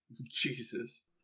Jesus